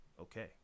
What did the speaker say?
okay